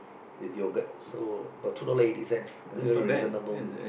yogurt so but two dollar eighty cents I think very reasonable